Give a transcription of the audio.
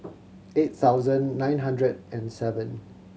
eight thousand nine hundred and seven